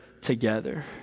together